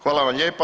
Hvala vam lijepa.